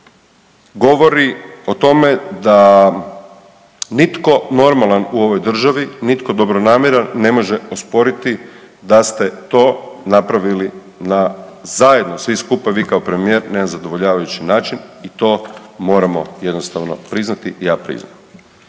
govori o tome da nitko normalan u ovoj državi, nitko dobronamjeran ne može osporiti da ste to napravili na zajedno svi skupa vi kao premijer na nezadovoljavajući način i to moramo jednostavno priznati i ja priznam.